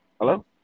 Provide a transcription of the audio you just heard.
Hello